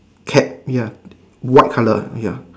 cap ya white colour ya